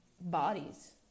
bodies